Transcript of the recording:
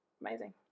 Amazing